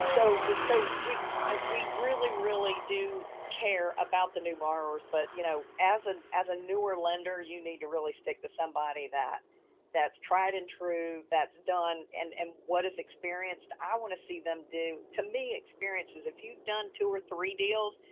so so we we really, really do care about the new borrowers, but, you know, as and as a newer lender, you need to really stick to somebody that that's tried and true, that's done and and what has experienced, i want to see them do. to me experiences, if you've done two or three deals,